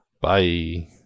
bye